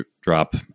drop